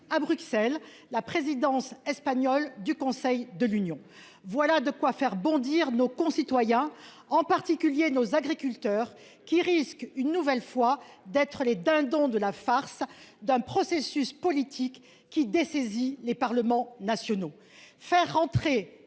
à Bruxelles, la présidence espagnole du Conseil de l’Union européenne. Voilà de quoi faire bondir nos concitoyens, en particulier nos agriculteurs, qui risquent une nouvelle fois d’être les dindons de la farce d’un processus politique qui dessaisit entièrement les parlements nationaux de leurs